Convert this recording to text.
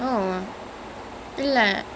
err have you ever had it வாழ:vazha thosai